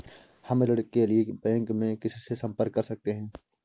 हम ऋण के लिए बैंक में किससे संपर्क कर सकते हैं?